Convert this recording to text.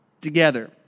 together